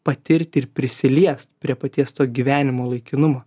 patirti ir prisiliest prie paties to gyvenimo laikinumo